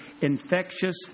infectious